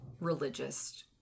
religious